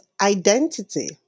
identity